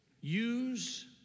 Use